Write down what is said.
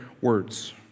words